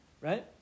Right